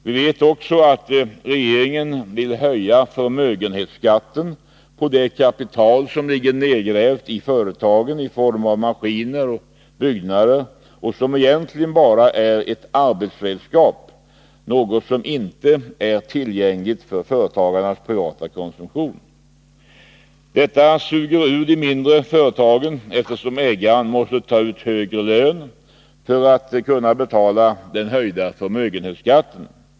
Vi vet också att regeringen vill höja förmögenhetsskatten på det kapital som ligger nedgrävt i företagen i form av maskiner och byggnader och som egentligen bara är ett arbetsredskap, något som inte är tillgängligt för företagarnas privata konsumtion. Detta suger ut de mindre företagen, eftersom ägaren måste ta ut högre lön för att kunna betala den höjda förmögenhetsskatten.